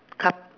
coup~